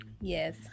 Yes